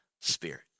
Spirit